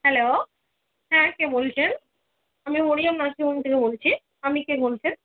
hello হ্যাঁ কে বলছেন আমি মরিয়াম নার্সিং হোম থেকে বলছি আপনি কে বলছেন